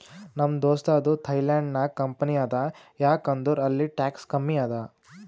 ನಮ್ ದೋಸ್ತದು ಥೈಲ್ಯಾಂಡ್ ನಾಗ್ ಕಂಪನಿ ಅದಾ ಯಾಕ್ ಅಂದುರ್ ಅಲ್ಲಿ ಟ್ಯಾಕ್ಸ್ ಕಮ್ಮಿ ಅದಾ